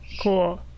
Cool